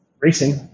racing